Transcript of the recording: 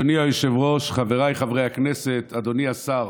אדוני היושב-ראש, חבריי חברי הכנסת, אדוני השר,